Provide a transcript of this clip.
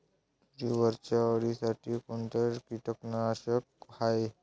तुरीवरच्या अळीसाठी कोनतं कीटकनाशक हाये?